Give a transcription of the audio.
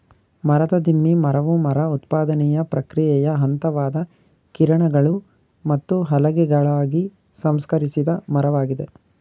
ಮರದ ದಿಮ್ಮಿ ಮರವು ಮರ ಉತ್ಪಾದನೆಯ ಪ್ರಕ್ರಿಯೆಯ ಹಂತವಾದ ಕಿರಣಗಳು ಮತ್ತು ಹಲಗೆಗಳಾಗಿ ಸಂಸ್ಕರಿಸಿದ ಮರವಾಗಿದೆ